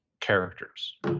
characters